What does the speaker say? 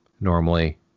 normally